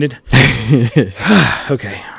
Okay